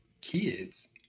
kids